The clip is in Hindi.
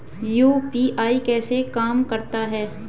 यू.पी.आई कैसे काम करता है?